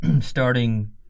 starting